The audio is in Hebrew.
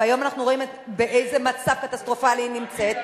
והיום אנחנו רואים באיזה מצב קטסטרופלי היא נמצאת,